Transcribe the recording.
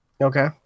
okay